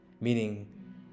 Meaning